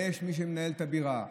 יש מי שמנהל את הבירה.